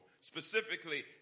specifically